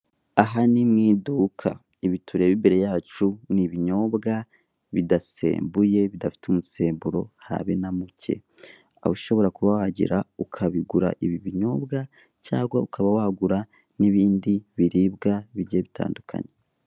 Aha ni mu iduka, ibi tureba imbere yacu ni ibinyobwa bidasembuye bidafite umusemburo habe na muke aho ushobora kuba wahagera ukabigura ibi binyobwa cyangwa ukaba wagura n'ibindi biribwa bigiye bitandukanye.